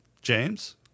James